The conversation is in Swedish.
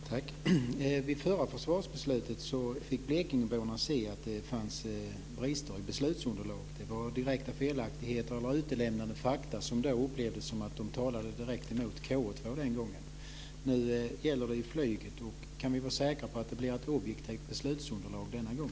Fru talman! Vid förra försvarsbeslutet fick blekingeborna se att det fanns brister i beslutslunderlaget. Det var direkta felaktigheter och utelämnande av fakta, som den gången upplevdes som att de talade emot KA 2. Nu gäller det flyget. Kan vi vara säkra på att det blir ett objektivt beslutsunderlag denna gång?